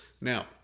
Now